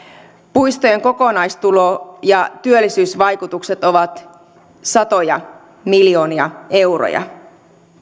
puistojen kokonaistulo ja työllisyysvaikutukset ovat satoja miljoonia euroja